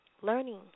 Learning